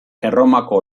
erromako